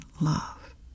love